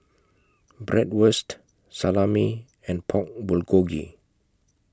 Bratwurst Salami and Pork Bulgogi